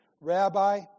Rabbi